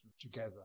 together